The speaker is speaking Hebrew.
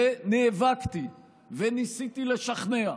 ונאבקתי וניסיתי לשכנע.